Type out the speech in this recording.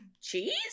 cheese